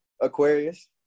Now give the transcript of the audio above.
Aquarius